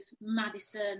Madison